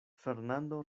fernando